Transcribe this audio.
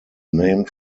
named